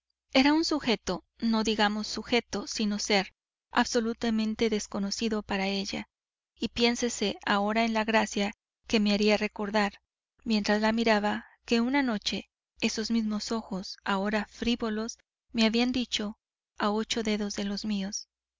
era un sujeto no digamos sujeto sino ser absolutamente desconocido para ella y piénsese ahora en la gracia que me haría recordar mientras la miraba que una noche esos mismos ojos ahora frívolos me habían dicho a ocho dedos de los míos